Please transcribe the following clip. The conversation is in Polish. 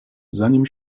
zanim